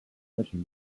mention